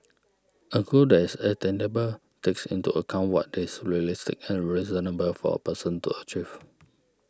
a goal that is attainable takes into account what is realistic and reasonable for a person to achieve